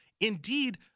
Indeed